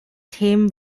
themen